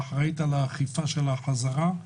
היא אחראית על האכיפה של החזרה,